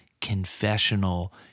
confessional-